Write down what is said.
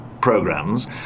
programs